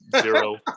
Zero